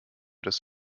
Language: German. das